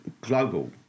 global